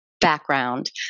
background